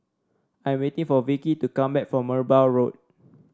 I am waiting for Vickey to come back from Merbau Road